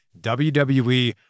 WWE